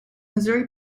missouri